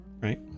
right